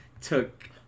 took